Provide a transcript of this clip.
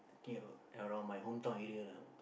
I think around my hometown area lah